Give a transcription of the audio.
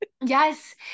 Yes